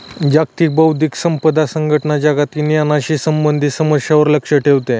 जागतिक बौद्धिक संपदा संघटना जगातील ज्ञानाशी संबंधित समस्यांवर लक्ष ठेवते